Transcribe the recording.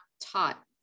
taught